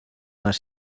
las